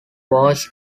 was